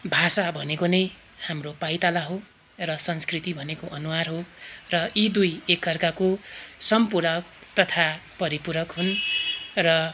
भाषा भनेको नै हाम्रो पाइताला हो र संस्कृति भनेको अनुहार हो र यी दुई एकाअर्काको सम्पूरक तथा परिपूरक हुन् र